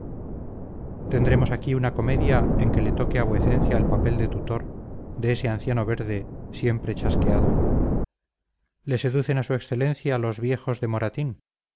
tendremos aquí una comedia en que le toque a vuecencia el papel de tutor de ese anciano verde siempre chasqueado le seducen a su excelencia los viejos de moratín